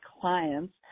clients